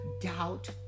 doubt